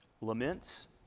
laments